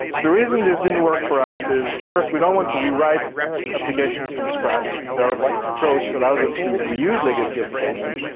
the reason this didn't work for us is first, we don't want to re-write applications from scratch and our approach allows us to re-use legacy application.